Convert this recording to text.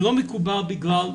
זה לא מקובל בגלל,